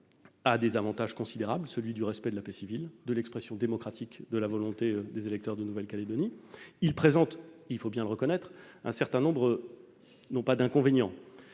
a des avantages considérables- le respect de la paix civile, l'expression démocratique de la volonté des électeurs de Nouvelle-Calédonie -, il présente également- il faut bien reconnaître -un certain nombre, non pas d'inconvénients,